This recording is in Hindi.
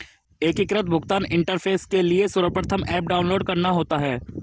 एकीकृत भुगतान इंटरफेस के लिए सर्वप्रथम ऐप डाउनलोड करना होता है